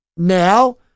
now